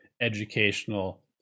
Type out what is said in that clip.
educational